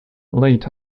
late